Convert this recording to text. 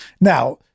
Now